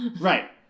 Right